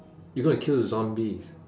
you gonna kill the zombies